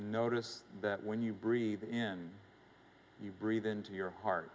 notice that when you breathe in you breathe into your heart